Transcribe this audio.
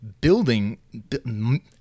building